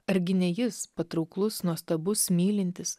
argi ne jis patrauklus nuostabus mylintis